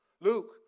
Luke